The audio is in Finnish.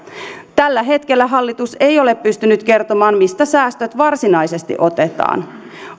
tällä hetkellä hallitus ei ole pystynyt kertomaan mistä säästöt varsinaisesti otetaan